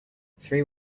three